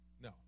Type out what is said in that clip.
No